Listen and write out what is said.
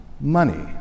money